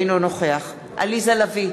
אינו נוכח עליזה לביא,